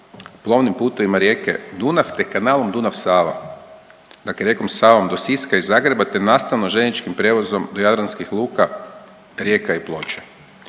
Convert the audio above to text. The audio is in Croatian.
plovnim putevima rijeke Dunav, te kanalom Dunav-Sava, dakle rijekom Savom do Siska iz Zagreba, te nastavno željezničkim prijevozom do jadranskih luka, rijeka i ploča.